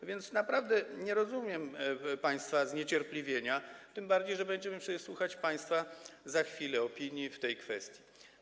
A więc naprawdę nie rozumiem państwa zniecierpliwienia, tym bardziej że będziemy przecież słuchać za chwilę państwa opinii w tej kwestii.